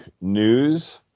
news